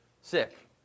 sick